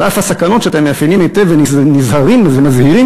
על אף הסכנות שאתם מאפיינים היטב ונזהרים ומזהירים